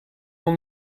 non